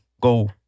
go